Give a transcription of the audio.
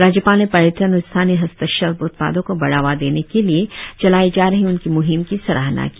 राज्यपाल ने पर्यटन और स्थानीय हस्तशिल्प उत्पादों को बढ़ावा देने के लिए चलाई जा रही उनकी मुहिम की सराहना की